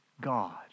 God